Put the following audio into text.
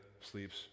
sleeps